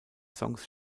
songs